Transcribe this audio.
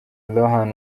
lohan